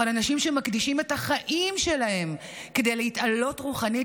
על אנשים שמקדישים את החיים שלהם כדי להתעלות רוחנית,